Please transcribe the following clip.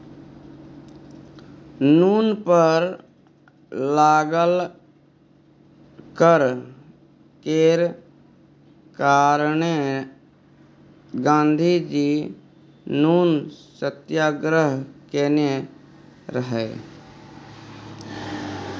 नुन पर लागल कर केर कारणेँ गाँधीजी नुन सत्याग्रह केने रहय